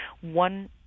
one